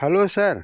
hello sir